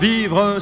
Vivre